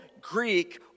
Greek